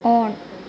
on